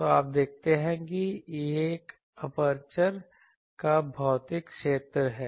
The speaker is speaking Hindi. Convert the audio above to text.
तो आप देखते हैं कि यह एपर्चर का भौतिक क्षेत्र है